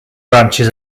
branches